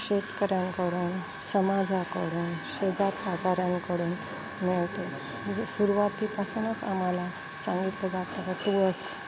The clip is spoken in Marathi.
शेतकऱ्यांकडून समाजाकडून शेजारपाजाऱ्यांकडून मिळते जे सुरुवातीपासूनच आम्हाला सांगितलं जातं तुळस